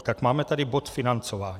Tak máme tady bod financování.